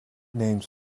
names